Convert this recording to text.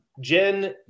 Jen